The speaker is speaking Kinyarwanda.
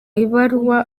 ibaruwa